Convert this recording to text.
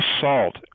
salt